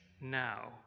now